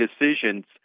decisions